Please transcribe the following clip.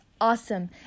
awesome